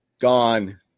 Gone